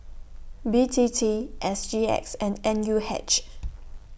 B T T S G X and N U H